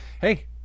hey